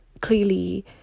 clearly